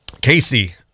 Casey